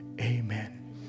amen